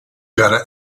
werner